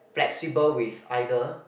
flexible with either